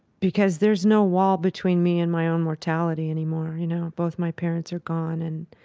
because there's no wall between me and my own mortality anymore. you know, both my parents are gone and